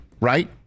right